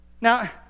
Now